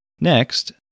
Next